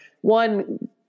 one